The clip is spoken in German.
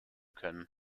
können